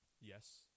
Yes